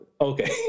Okay